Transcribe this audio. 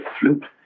flute